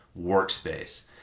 workspace